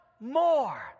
more